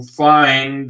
find